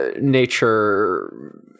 nature